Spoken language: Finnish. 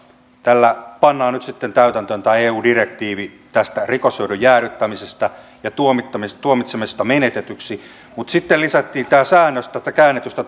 tällä pannaan nyt sitten täytäntöön tämä eu direktiivi tästä rikoshyödyn jäädyttämisestä ja tuomitsemisesta tuomitsemisesta menetetyksi mutta sitten lisättiin tämä säännös tästä käännetystä